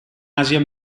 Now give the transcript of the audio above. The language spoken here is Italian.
asia